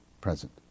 present